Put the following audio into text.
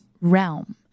realm